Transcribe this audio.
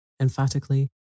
emphatically